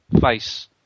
face